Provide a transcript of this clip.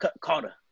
Carter